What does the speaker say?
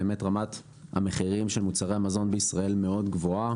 באמת רמת המחירים של מוצרי המזון של ישראל מאוד גבוהה